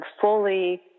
fully